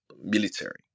military